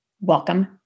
Welcome